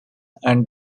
and